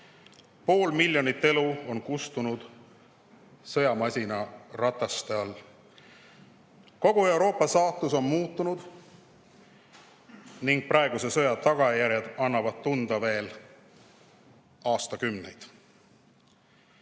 Pool miljonit elu on kustunud sõjamasina rataste all. Kogu Euroopa saatus on muutunud ning praeguse sõja tagajärjed annavad tunda veel aastakümneid.